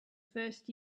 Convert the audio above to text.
first